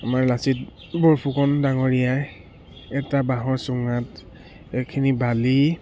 আমাৰ লাচিত বৰফুকন ডাঙৰীয়াই এটা বাঁহৰ চুঙাত এখিনি বালি